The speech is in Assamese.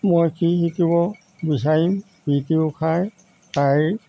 মই কি শিকিব বিচাৰিম প্ৰীতি উষাৰ তাইৰ